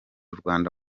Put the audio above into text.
rwanda